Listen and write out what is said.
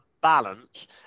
balance